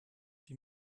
die